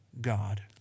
God